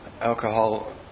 alcohol